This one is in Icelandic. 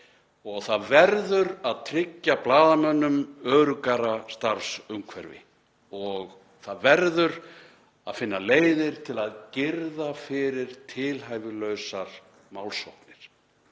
Það verður að tryggja blaðamönnum öruggara starfsumhverfi og finna leiðir til að girða fyrir tilhæfulausar málsóknir.